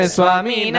Swami